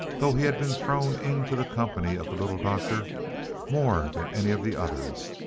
though he had been thrown into the company of the little doctor more than any of the others,